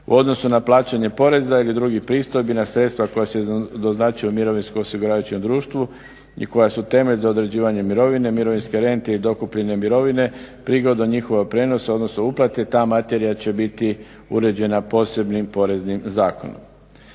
U odnosu na plaćanje poreza ili drugih pristojbi, na sredstva koja se doznačuju mirovinsko osiguravajućem društvu i koja su temelj za određivanje mirovine, mirovinske rente i dokupine mirovine, prigodu o njihovom prijenosu, odnosno uplati ta materija će biti uređena posebnim poreznim zakonom.